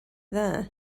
there